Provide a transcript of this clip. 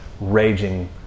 raging